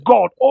God